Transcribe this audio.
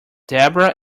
debra